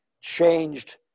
changed